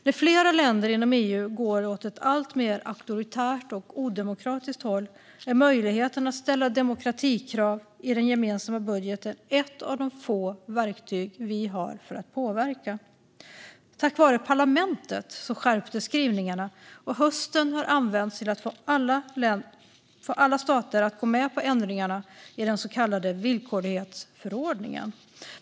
När flera länder inom EU går åt ett alltmer auktoritärt och odemokratiskt håll är möjligheten att ställa demokratikrav i den gemensamma budgeten ett av få verktyg vi har för att påverka. Tack vare parlamentet skärptes skrivningarna, och hösten har använts till att få alla stater att gå med på ändringarna i den så kallade villkorlighetsförordningen.